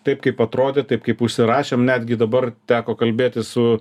taip kaip atrodė taip kaip užsirašėm netgi dabar teko kalbėtis su